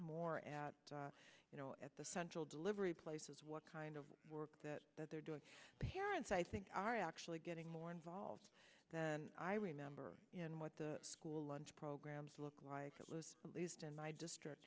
more at you know at the central delivery places what kind of work that they're doing parents i think are actually getting more involved than i remember in what the school lunch programs look like that was released in my district